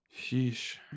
sheesh